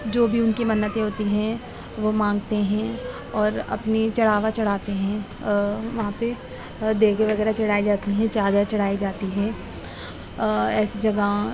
جو بھی ان کی منتیں ہوتی ہیں وہ مانگتے ہیں اور اپنی چڑھاوا چڑھاتے ہیں وہاں پہ دیگیں وغیرہ چڑھائی جاتی ہیں چادر چڑھائی جاتی ہے ایسی جگہ